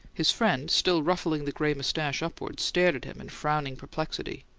his friend, still ruffling the gray moustache upward, stared at him in frowning perplexity.